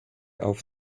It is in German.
auf